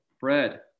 bread